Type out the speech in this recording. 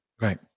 Right